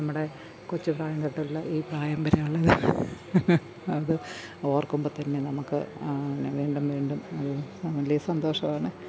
നമ്മുടെ കൊച്ചു പ്രായംതൊട്ടുള്ള ഈ പ്രായംവരെയുള്ള അത് ഓർക്കുമ്പോള്ത്തന്നെ നമ്മള്ക്ക് എന്നാ വീണ്ടും വീണ്ടും അത് നമ്മളി സന്തോഷമാണ്